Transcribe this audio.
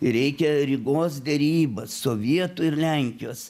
reikia rygos derybas sovietų ir lenkijos